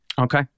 Okay